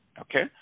Okay